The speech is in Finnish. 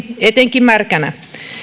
etenkin märkänä